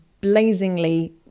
blazingly